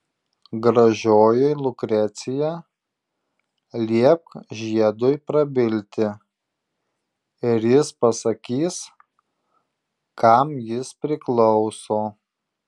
gražioji lukrecija liepk žiedui prabilti ir jis pasakys kam jis priklauso